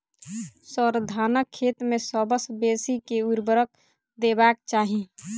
sir, धानक खेत मे सबसँ बेसी केँ ऊर्वरक देबाक चाहि